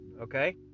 Okay